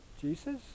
Jesus